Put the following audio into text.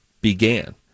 began